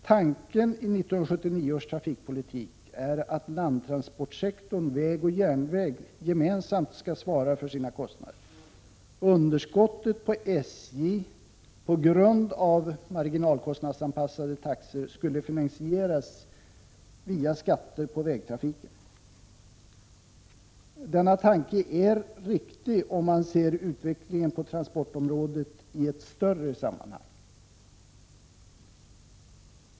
Tanken i 1979 års trafikpolitik är att landtransportsektorn väg och järnväg gemensamt skall svara för sina kostnader. SJ:s underskott på grund av marginalkostnadsanpassade taxor skulle finansieras via skatter på vägtrafiken. Denna tanke är riktig om man ser utvecklingen på transportområdet i ett större sammanhang.